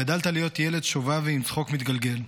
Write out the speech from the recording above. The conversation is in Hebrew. גדלת להיות ילד שובב ועם צחוק מתגלגל.